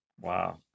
Wow